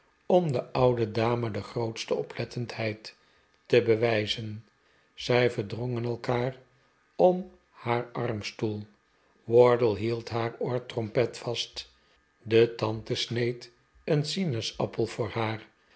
om de oude dame de grootste oplettendheid te bewijzen zij verdrongen elkaar om haar armstoel wardle hield haar oortrompei vast de tante sneed een sinaasappel voor haar